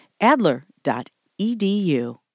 Adler.edu